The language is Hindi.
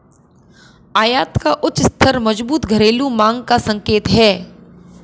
आयात का उच्च स्तर मजबूत घरेलू मांग का संकेत है